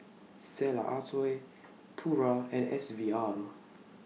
Stella Artois Pura and S V R